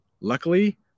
Luckily